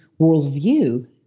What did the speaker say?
worldview